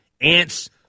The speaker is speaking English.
Ant's